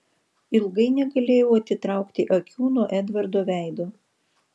ilgai negalėjau atitraukti akių nuo edvardo veido